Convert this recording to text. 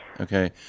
Okay